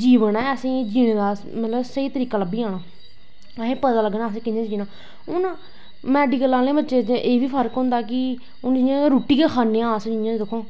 जीमन एह् जीने दा स्हेई तरीका लब्भी जाना असेंगी पता लग्गना असें कियां जीना हून मैडिकल आह्ले बच्चें च एह् बी फर्क होंदा कि हून रुट्टी गै खन्ने आं अस जियां